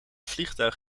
vliegtuig